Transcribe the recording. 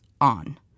on